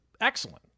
excellent